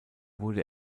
wurde